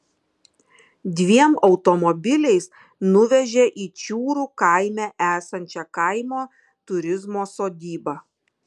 dviem automobiliais nuvežė į čiūrų kaime esančią kaimo turizmo sodybą